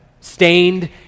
Stained